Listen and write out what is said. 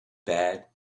bad